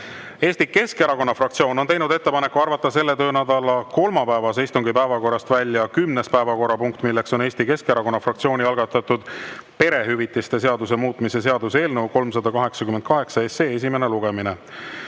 Eesti Keskerakonna fraktsioon on teinud ettepaneku arvata selle töönädala kolmapäevase istungi päevakorrast välja kümnes päevakorrapunkt, milleks on Eesti Keskerakonna fraktsiooni algatatud perehüvitiste seaduse muutmise seaduse eelnõu 388 esimene lugemine.